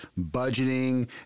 budgeting